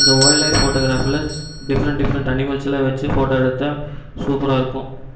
இந்த wild life ஃபோட்டோகிராஃபில different different அனிமல்ஸ்லாம் வச்சு ஃபோட்டோ எடுத்தால் சூப்பராக இருக்கும்